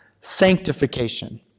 sanctification